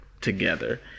together